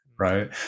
Right